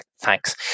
thanks